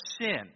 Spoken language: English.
sin